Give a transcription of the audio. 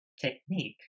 technique